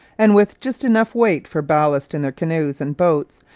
and, with just enough weight for ballast in their canoes and boats,